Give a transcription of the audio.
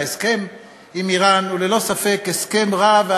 ההסכם עם איראן הוא ללא ספק הסכם רע,